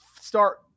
start